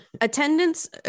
Attendance